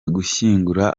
gushyingura